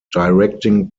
directing